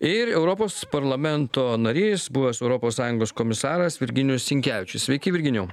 ir europos parlamento narys buvęs europos sąjungos komisaras virginijus sinkevičius sveiki virginijau